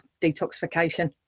detoxification